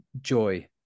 joy